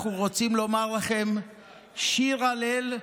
אנחנו רוצים לומר לכם שיר הלל,